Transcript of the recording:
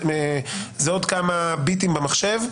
זה רק עוד כמה ביטים במחשב.